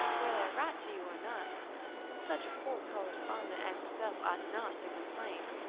whether i write to you or not and such a poor correspondent as yourself ought not to complain.